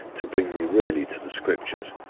to bring me really to the scriptures,